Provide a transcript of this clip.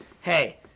Hey